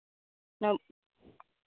ᱚᱱᱟ